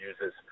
uses